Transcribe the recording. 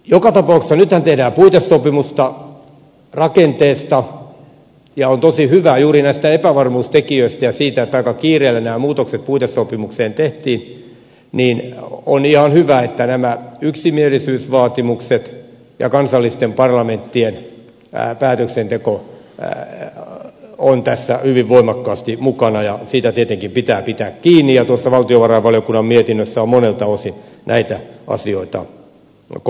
joka tapauksessa nythän tehdään puitesopimusta rakenteesta ja johtuen juuri näistä epävarmuustekijöistä ja siitä että aika kiireellä nämä muutokset puitesopimukseen tehtiin on ihan hyvä että nämä yksimielisyysvaatimukset ja kansallisten parlamenttien päätöksenteko ovat tässä hyvin voimakkaasti mukana ja siitä tietenkin pitää pitää kiinni ja tuossa valtiovarainvaliokunnan mietinnössä on monelta osin näitä asioita korostettu